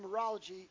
numerology